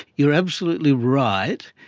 you're absolutely right.